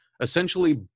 essentially